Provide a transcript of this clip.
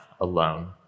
alone